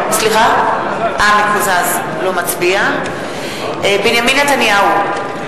אינו משתתף בהצבעה בנימין נתניהו,